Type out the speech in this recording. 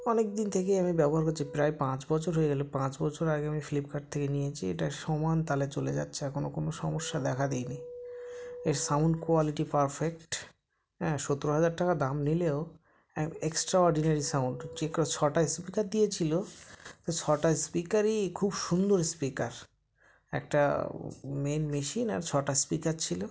অনেক দিন থেকে আমি ব্যবহার করছি প্রায় পাঁচ বছর হয়ে গেলো পাঁচ বছর আগে আমি ফ্লিপকার্ট থেকে নিয়েছি এটা সমান তালে চলে যাচ্ছে এখনও কোনো সমস্যা দেখা দিইনি এর সাউন্ড কোয়ালিটি পারফেক্ট সত্তর হাজার টাকা দাম নিলেও এক্সট্রা অর্ডিনারি সাউন্ড যে ক স্পিকার ছটা স্পিকার দিয়েছিলো ছটা স্পিকারই খুব সুন্দর স্পিকার একটা মেন মেশিন আর ছটা স্পিকার ছিলো